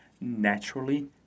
naturally